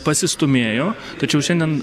pasistūmėjo tačiau šiandien